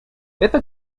это